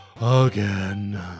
Again